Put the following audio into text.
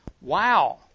wow